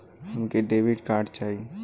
हमके debit card चाही?